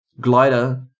glider